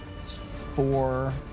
Four